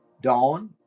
Dawn